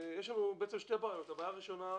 יש לנו שתי בעיות: אחת,